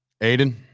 Aiden